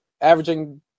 averaging